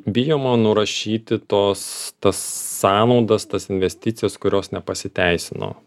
bijoma nurašyti tos tas sąnaudas tas investicijas kurios nepasiteisino